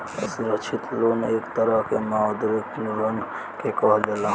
असुरक्षित लोन एक तरह के मौद्रिक ऋण के कहल जाला